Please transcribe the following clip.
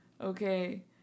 Okay